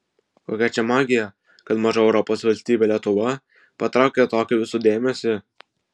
kokia čia magija kad maža europos valstybė lietuva patraukia tokį visų dėmesį